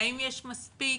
האם יש מספיק